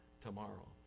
tomorrow